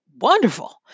wonderful